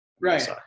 Right